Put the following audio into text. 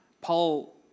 Paul